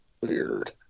Weird